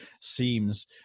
seems